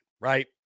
right